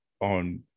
on